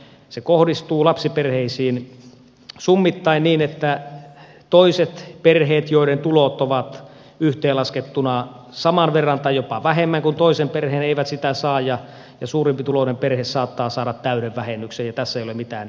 se kohdistuu lapsiperheisiin summittain niin että toiset perheet joiden tulot ovat yhteenlaskettuna saman verran tai jopa vähemmän kuin toisen perheen eivät sitä saa ja suurempituloinen perhe saattaa saada täyden vähennyksen ja tässä ei ole mitään järkeä